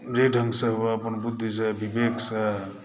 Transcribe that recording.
जे ढंगसॅं होए अपन बुद्धिसॅं विवेकसॅं